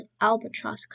albatross